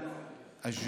מחר,